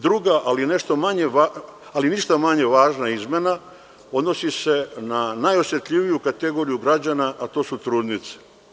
Druga, ali ništa manje važna izmena odnosi se na najosetljiviju kategoriju građana, a to su trudnice.